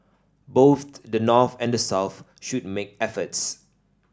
both the North and the South should make efforts